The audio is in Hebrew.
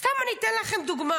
סתם אני אמי אתן לכם דוגמה.